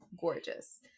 gorgeous